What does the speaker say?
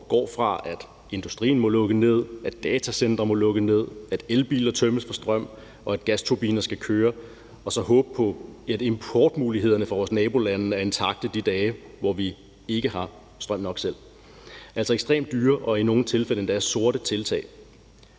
går fra, at industrien må lukke ned, at datacentre må lukke ned, at elbiler tømmes for strøm, til at gasturbiner skal køre, og så håbe på, at importmulighederne i vores nabolande er intakte de dage, hvor vi ikke har strøm nok selv. Det er altså ekstremt dyre og i nogle tilfælde endda sorte tiltag.